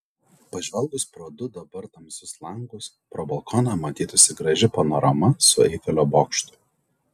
pažvelgus pro du dabar tamsius langus pro balkoną matytųsi graži panorama su eifelio bokštu